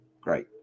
Great